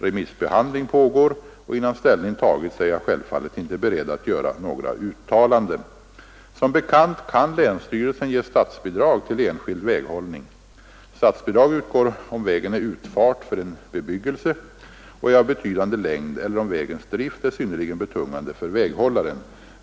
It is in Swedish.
Remissbehandling pågår, och innan ställning tagits är jag självfallet inte beredd att göra några uttalanden. Som bekant kan länsstyrelsen ge statsbidrag till enskild väghållning. Statsbidrag utgår om vägen är utfart för en bebyggelse och är av betydande längd eller om vägens drift är synnerligen betungande för väghållaren.